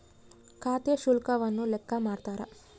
ಖಾತೆ ಶುಲ್ಕವನ್ನು ಲೆಕ್ಕ ಮಾಡ್ತಾರ